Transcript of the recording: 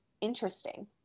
interesting